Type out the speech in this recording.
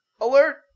Alert